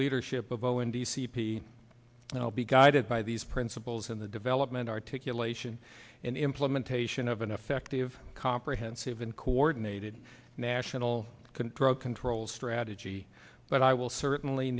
leadership of all in d c p and i'll be guided by these principles in the development articulation and implementation of an effective comprehensive and coordinated national control control strategy but i will certainly